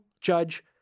judge